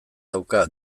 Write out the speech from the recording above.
dauka